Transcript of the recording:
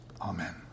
Amen